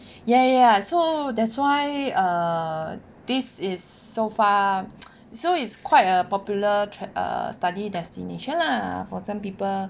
ya ya so that's why err this is so far so it's quite a popular err study destination lah for some people